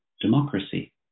democracy